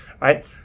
right